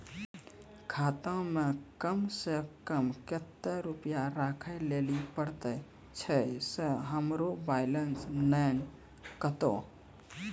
खाता मे कम सें कम कत्ते रुपैया राखै लेली परतै, छै सें हमरो बैलेंस नैन कतो?